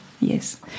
Yes